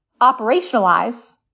operationalize